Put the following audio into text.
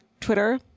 twitter